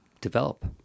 develop